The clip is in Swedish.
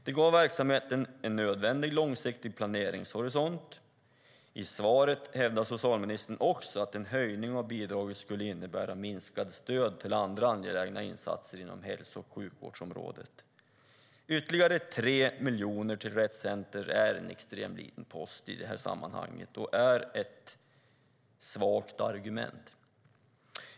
De gav verksamheten en nödvändig långsiktig planeringshorisont. I svaret hävdar socialministern också att en höjning av bidraget skulle innebära minskat stöd till andra angelägna insatser inom hälso och sjukvårdsområdet. Ytterligare 3 miljoner till Rett Center är en extremt liten post i det här sammanhanget och är ett svagt argument.